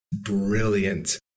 brilliant